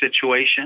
situation